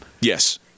Yes